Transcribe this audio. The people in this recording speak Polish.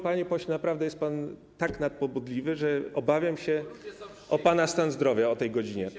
Panie pośle, naprawdę jest pan tak nadpobudliwy, że obawiam się o pana stan zdrowia o tej godzinie.